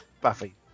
Buffy